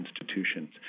institutions